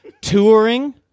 touring